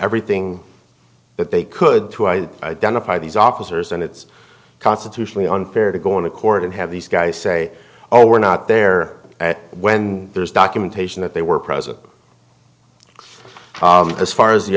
everything that they could to i identify these officers and it's constitutionally unfair to go into court and have these guys say oh we're not there at when there's documentation that they were present as far as the